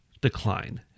decline